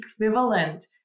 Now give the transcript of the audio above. equivalent